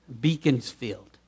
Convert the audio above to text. Beaconsfield